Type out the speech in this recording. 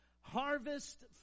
harvest